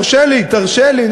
תרשה לי, תרשה לי.